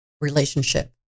relationship